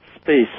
space